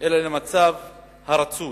אלא למצב הרצוי.